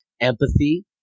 empathy